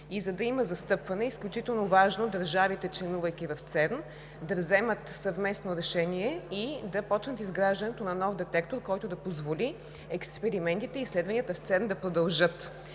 За да има застъпване, изключително важно е държавите, членувайки в ЦЕРН, да вземат съвместно решение и да започнат изграждането на нов детектор, който да позволи експериментите и изследванията в ЦЕРН да продължат.